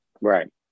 Right